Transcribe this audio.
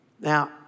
Now